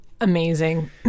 amazing